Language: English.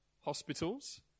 Hospitals